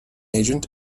agent